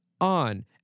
on